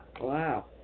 wow